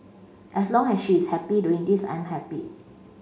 as long as she is happy doing this I'm happy